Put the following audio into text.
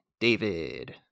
David